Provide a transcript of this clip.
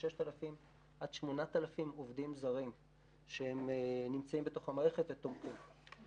6,000 עד 8,000 עובדים זרים שנמצאים בתוך המערכת ותומכים.